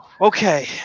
Okay